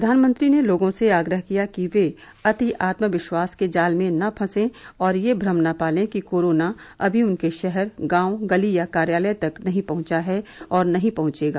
प्रधानमंत्री ने लोगों से आग्रह किया कि वे अति आत्म विश्वास के जाल में न फसें और यह भ्रम न पालें कि कोरोना अभी उनके शहर गांव गली या कार्यालय तक नहीं पहंचा है और न ही पहंचेगा